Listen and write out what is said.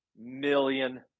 million